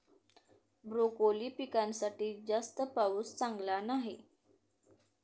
broccoli पिकासाठी जास्त पाऊस चांगला नाही